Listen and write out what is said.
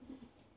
mm mm